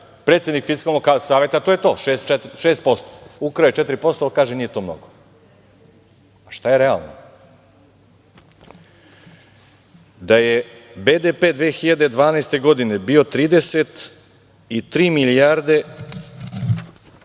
predsednik Fiskalnog saveta, to je to, 6%, ukrao je 4%, ali kaže – nije to mnogo. Šta je realno? Da je BDP 2012. godine bio 33 milijarde